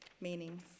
meanings